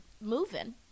moving